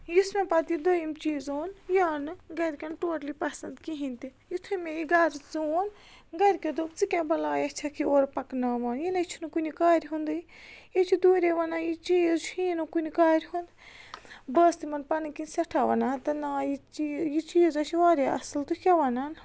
یُس مےٚ پَتہٕ یہِ دۄیِم چیٖز اوٚن یہِ آو نہٕ گَرکٮ۪ن ٹوٹلی پَسَنٛد کِہیٖنۍ تہِ یُتھُے مےٚ یہِ گَرٕ ژون گَرکیو دوٚپ ژٕ کیٛاہ بَلایاہ چھَکھ یہِ اورٕ پَکناوان یِنَے چھُنہٕ کُنہِ کارِ ہِنٛدُے یہِ چھُ دوٗرے وَنان یہِ چیٖز چھُ یی نہٕ کُنہِ کارِ ہُنٛد بہٕ ٲس تِمَن پَنٕنۍ کِنۍ سٮ۪ٹھاہ وَنان تہٕ نا یہِ چیٖز یہِ چیٖزَے چھُ واریاہ اَصٕل تُہۍ کیٛاہ وَنان